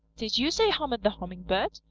did you say hummer the hummingbird?